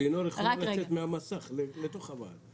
לינור יכולה לצאת מהמסך לתוך הוועדה.